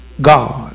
God